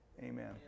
Amen